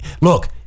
Look